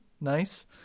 Nice